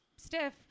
Stiff